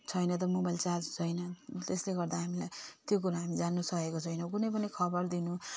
छैन त mobile charge छैन त्यसले गर्दा हामीलाई त्यो कुरा हामी जान्नुसकेको छैनौँ कुनै पनि खबर दिनु